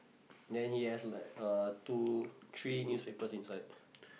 then he has like uh two three newspapers inside